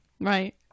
right